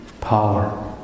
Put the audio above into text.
power